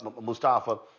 Mustafa